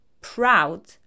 proud